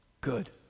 Good